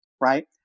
right